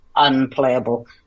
unplayable